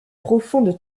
profonde